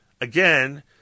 again